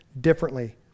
differently